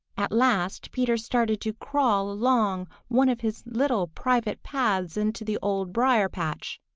at last peter started to crawl along one of his little private paths into the old briar-patch.